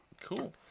Cool